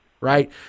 right